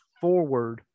forward